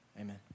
Amen